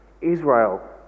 Israel